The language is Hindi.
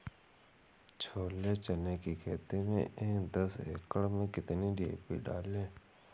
छोले चने की खेती में दस एकड़ में कितनी डी.पी डालें?